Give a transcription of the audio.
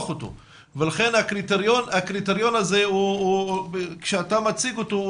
אותו ולכן הקריטריון הזה כשאתה מציג אותו,